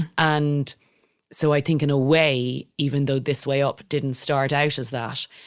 and so i think in a way, even though this way up didn't start out as that,